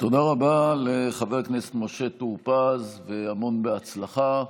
תודה רבה לחבר הכנסת משה טור פז והמון בהצלחה.